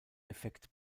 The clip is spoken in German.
effekt